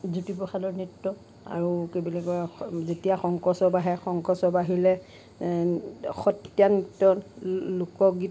জ্যোতিপ্ৰসাদৰ নৃত্য আৰু কি বুলি কয় যেতিয়া শংকৰোৎসৱ আহে শংকৰোৎসৱ আহিলে সত্ৰীয়া নৃত্য লোকগীত